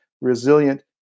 resilient